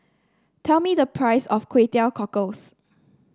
tell me the price of Kway Teow Cockles